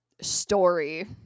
story